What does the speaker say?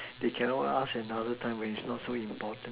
they cannot ask another time when it is not so important